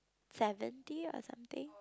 seventy or something